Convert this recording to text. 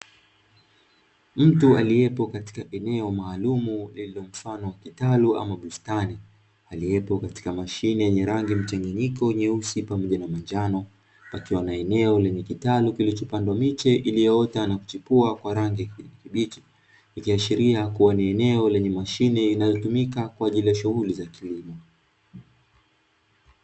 Mtu aliyepo katika eneo maalumu lililo mfano wa kitalu ama bustani aliyepo katika mashine yenye rangi mchanganyiko nyeusi pamoja na manjano, akiwa na eneo lenye kitalu kilichopandwa miche iliyoota na kuchipua kwa rangi ya kijani kibichi, ikiashiria kuwa ni eneo lenye mashine inayotumika kwa ajili ya shughuli za kilimo.